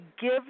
give